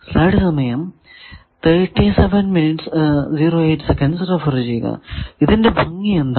ഇതിന്റെ ഭംഗി എന്താണ്